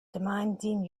demanding